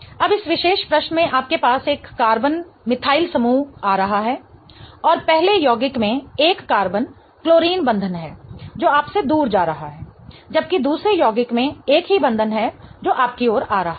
अब इस विशेष प्रश्न में आपके पास एक कार्बन मिथाइल समूह आ रहा है और पहले यौगिक में एक कार्बन क्लोरीन बंधन है जो आपसे दूर जा रहा है जबकि दूसरे यौगिक में एक ही बंधन है जो आपकी ओर आ रहा है